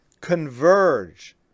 converge